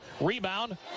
rebound